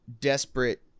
desperate